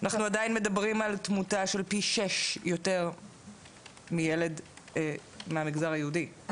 אנחנו עדיין מדברים על תמותה של פי שש יותר מילד מהמגזר היהודי,